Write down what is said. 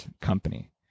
company